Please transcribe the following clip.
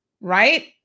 right